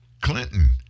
Clinton